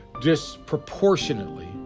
disproportionately